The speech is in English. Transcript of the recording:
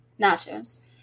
nachos